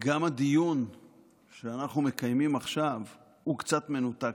גם הדיון שאנחנו מקיימים עכשיו הוא קצת מנותק,